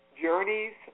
journeys